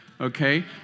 Okay